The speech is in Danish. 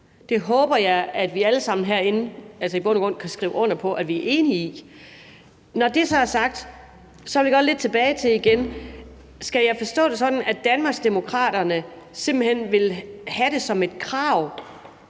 herinde i bund og grund kan skrive under på at vi er enige i. Når det så er sagt, vil jeg igen godt lidt tilbage til, om jeg skal forstå det sådan, at Danmarksdemokraterne simpelt hen vil have det som et krav,